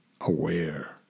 aware